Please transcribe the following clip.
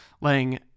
laying